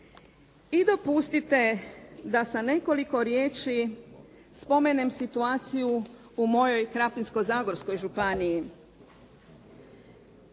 I dopustite da sa nekoliko riječi spomenem situaciju u mojoj Krapinsko-zagorskoj županiji.